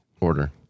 order